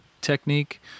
technique